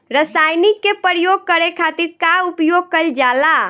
रसायनिक के प्रयोग करे खातिर का उपयोग कईल जाला?